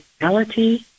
reality